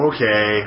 Okay